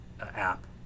app